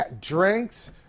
Drinks